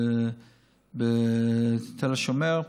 תל השומר,